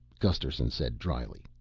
gusterson said drily.